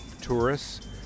tourists